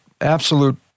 absolute